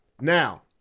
Now